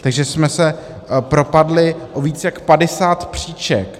Takže jsme se propadli o více jak padesát příček.